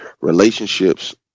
relationships